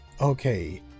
Okay